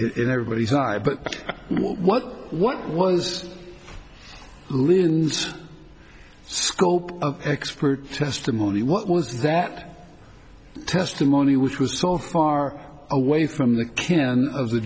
in everybody's eye but what what was lynn's scope of expert testimony what was that testimony which was so far away from the can of the